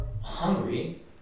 hungry